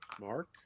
Mark